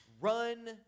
run